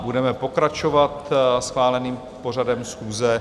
Budeme pokračovat schváleným pořadem schůze.